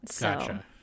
Gotcha